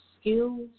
skills